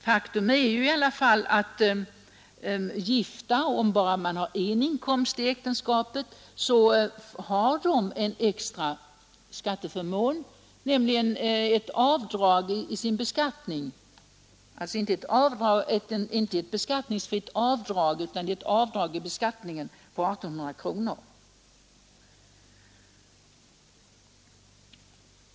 Faktum är i alla fall att ett gift par där endast ena maken har inkomst har en extra skatteförmån, nämligen ett avdrag på 1 800 kronor.